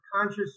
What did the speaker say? conscious